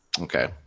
okay